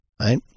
right